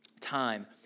Time